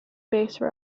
base